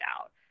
out